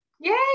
yay